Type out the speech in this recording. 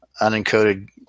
unencoded